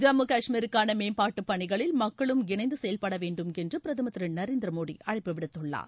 ஜம்மு கஷ்மீருக்கானமேம்பாட்டுப் பணிகளில் மக்களும் இணைந்தசெயல்படவேண்டுமென்றபிரதமர் திருநரேந்திரமோடிஅழைப்பு விடுத்துள்ளார்